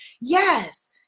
Yes